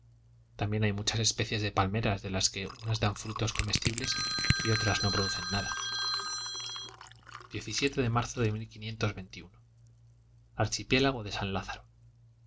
también hay muchas especies de palmeras de las que unas dan frutos comestibles y otras no producen nada de marzo de archipiélago de san lázaro